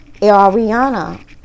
Ariana